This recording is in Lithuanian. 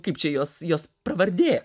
kaip čia jos jos pravardė